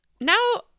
Now